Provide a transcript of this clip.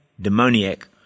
demoniac